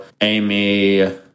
Amy